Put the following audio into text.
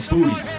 Booty